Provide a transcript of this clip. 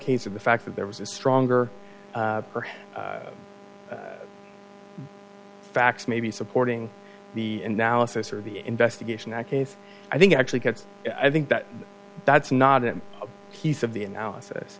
case of the fact that there was a stronger perhaps factor maybe supporting the analysis or the investigation that case i think actually gets i think that that's not a piece of the analysis